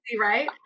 right